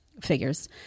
figures